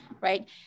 right